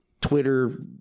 Twitter